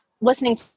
listening